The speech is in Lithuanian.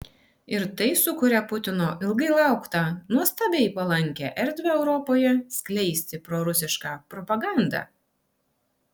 ir tai sukuria putino ilgai lauktą nuostabiai palankią erdvę europoje skleisti prorusišką propagandą